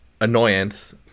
annoyance